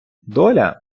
доля